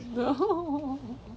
oh no